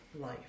life